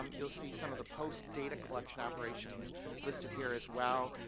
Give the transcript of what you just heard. um you'll see some of the post data collection operations listed here as well.